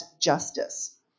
justice